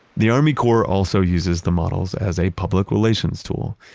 the army corps also uses the models as a public relations tool.